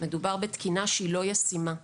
מדובר בתקינה שהיא לא ישימה.